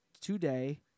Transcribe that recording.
today